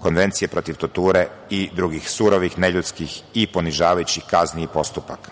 konvencije protiv torture i drugih surovih neljudskih i ponižavajućih kazni i postupaka.